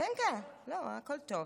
הכול טוב,